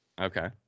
okay